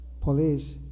police